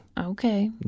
Okay